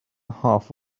half